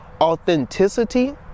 authenticity